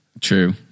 True